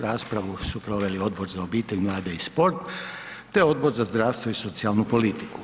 Raspravu su proveli Odbor za obitelj, mlade i sport, te Odbor za zdravstvo i socijalnu politiku.